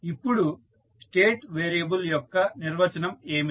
ఇప్పుడు state variable యొక్క నిర్వచనం ఏమిటి